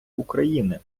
україни